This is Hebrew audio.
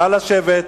נא לשבת,